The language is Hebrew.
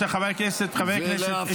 חבר הכנסת.